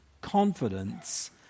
confidence